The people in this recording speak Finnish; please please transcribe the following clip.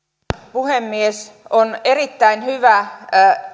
puhemies on erittäin hyvä